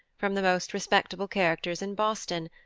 from the most respectable characters in boston,